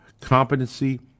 competency